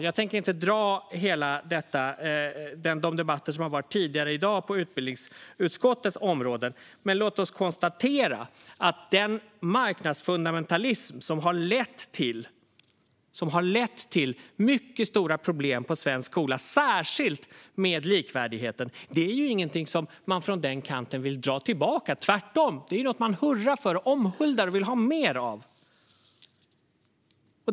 Jag tänker inte dra upp de debatter som har varit här tidigare i dag på utbildningsutskottets område, men låt oss konstatera att den marknadsfundamentalism som har lett till mycket stora problem i svensk skola, särskilt när det gäller likvärdigheten, inte är något som den kanten vill dra tillbaka - tvärtom. Det är något man hurrar för, omhuldar och vill ha mer av.